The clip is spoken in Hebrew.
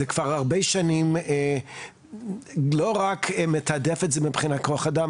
זה כבר הרבה שנים לא רק מתעדף את זה מבחינת כוח אדם,